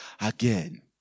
again